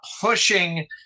pushing